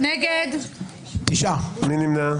מי נמנע?